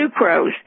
sucrose